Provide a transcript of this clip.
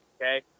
okay